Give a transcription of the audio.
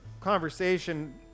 conversation